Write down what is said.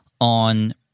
on